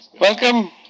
welcome